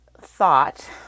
thought